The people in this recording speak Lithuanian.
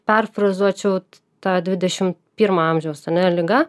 perfrazuočiau tą dvidešimt pirmo amžiaus ar ne liga